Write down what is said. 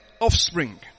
offspring